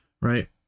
right